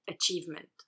achievement